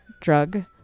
drug